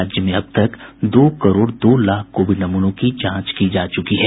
राज्य में अब तक लगभग दो करोड़ दो लाख कोविड नमूनों की जांच की जा चुकी है